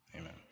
amen